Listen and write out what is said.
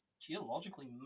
geologically